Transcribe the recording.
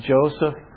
Joseph